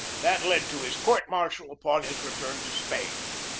that led to his court-martial upon his return to spain.